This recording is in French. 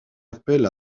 appel